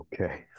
Okay